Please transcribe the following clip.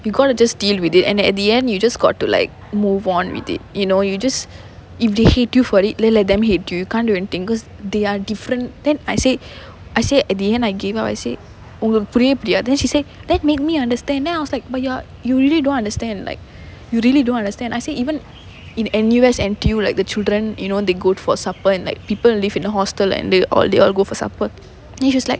you got to just deal with it and at the end you just got to like move on with it you know you just if they hate you for it then let them hate you you can't do anything because they are different then I say I say at the end I gave up I say உங்களுக்கு புரியவே புரியாது:ungalukku puriyavae puriyaathu then she say then made me understand then I was like but you are you really don't understand like you really don't understand I say even in N_U_S N_T_U like the children you know they go for supper and like people live in a hostel and they all they all go for supper you just like